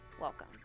Welcome